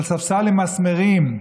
על ספסל עם מסמרים,